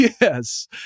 Yes